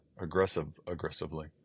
aggressive-aggressively